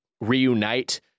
reunite